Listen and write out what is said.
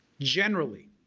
generally,